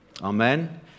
Amen